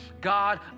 God